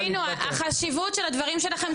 תבינו את החשיבות של הדברים שלכם,